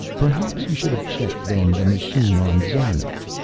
perhaps you should have checked then, the machine on szarno.